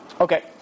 Okay